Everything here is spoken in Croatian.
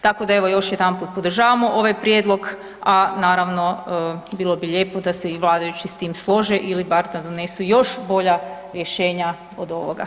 Tako da evo još jedanput podržavamo ovaj prijedlog, a naravno bilo bi lijepo da se i vladajući s tim slože ili bar da donesu još bolja rješenja od ovoga.